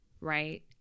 right